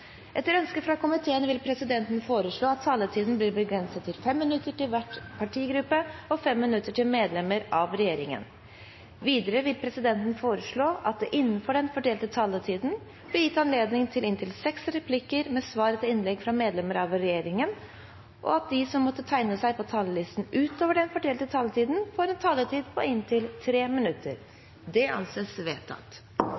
Etter ønske fra arbeids- og sosialkomiteen vil presidenten foreslå at taletiden blir begrenset til 5 minutter til hver partigruppe og 5 minutter til medlemmer av regjeringen. Videre vil presidenten foreslå at det – innenfor den fordelte taletid – blir gitt anledning til inntil fem replikker med svar etter innlegg fra medlemmer av regjeringen, og at de som måtte tegne seg på talerlisten utover den fordelte taletid, får en taletid på inntil